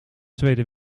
tweede